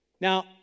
Now